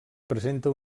presenta